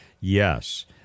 Yes